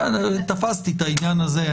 תפסתי את העניין הזה.